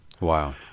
Wow